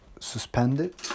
suspended